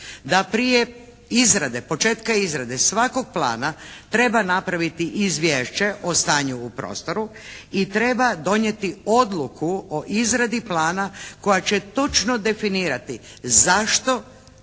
izrade, početka izrade svakog plana treba napraviti izvješće o stanju u prostoru i treba donijeti odluku o izradi plana koja će točno definirati zašto,